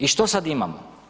I što sad imamo?